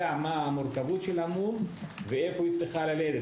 מה המורכבות של המום ואיפה היא צריכה ללדת.